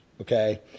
okay